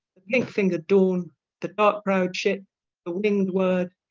the pink finger dawn the dark proud ship the winged word.